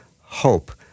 HOPE